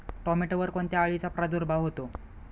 टोमॅटोवर कोणत्या अळीचा प्रादुर्भाव होतो?